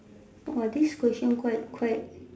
!wow! this question quite quite